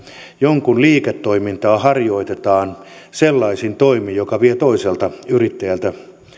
jonkun liiketoimintaa harjoitetaan sellaisin toimin jotka vievät toiselta yrittäjältä